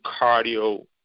cardio